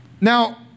Now